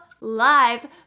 live